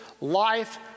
life